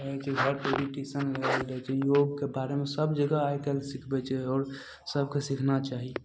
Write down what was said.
पढ़य छै घरपर ही ट्यूशन लगाओल जाइ छै योगके बारेमे सब जकरा आइ काल्हि सिखबय छै आओर सबके सीखना चाही